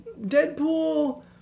Deadpool